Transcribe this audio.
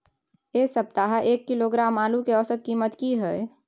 ऐ सप्ताह एक किलोग्राम आलू के औसत कीमत कि हय?